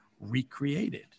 recreated